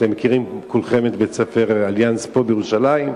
אתם מכירים כולכם את בית-ספר "אליאנס" פה בירושלים.